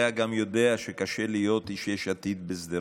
יודע גם יודע שקשה להיות איש יש עתיד בשדרות.